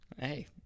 Hey